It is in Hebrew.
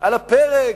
על הפרק.